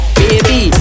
baby